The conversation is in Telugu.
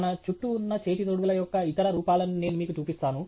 మన చుట్టూ ఉన్న చేతి తొడుగుల యొక్క ఇతర రూపాలను నేను మీకు చూపిస్తాను